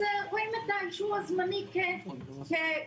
אז רואים את האישור הזמני כסופי.